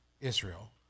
Israel